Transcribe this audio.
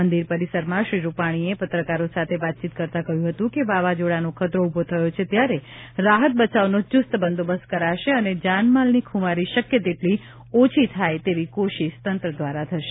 મંદિર પરિસરમાં શ્રી રૂપાણીએ પત્રકારો સાથે વાતચીત કરતા કહ્યું હતું કે વાવાઝોડાનો ખતરો ઉભો થયો છે ત્યારે રાહત બચાવનો ચૂસ્ત બંદોબસ્ત કરાશે અને જાનમાલની ખુવારી શક્ય તેટલી ઓછી થાય તેવી કોશિશ તંત્ર દ્વારા થશે